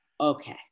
Okay